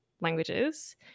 languages